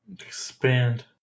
Expand